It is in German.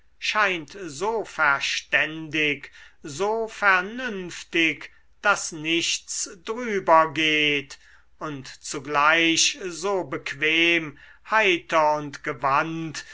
scheint so verständig so vernünftig daß nichts drüber geht und zugleich so bequem heiter und gewandt